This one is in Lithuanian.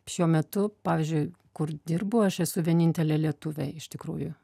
šiuo metu pavyzdžiui kur dirbu aš esu vienintelė lietuvė iš tikrųjų